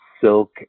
silk